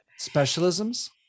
specialisms